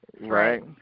right